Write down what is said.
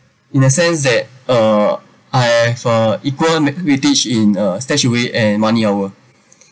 in a sense that uh I have a equal weightage in a StashAway and money hour